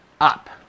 up